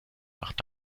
macht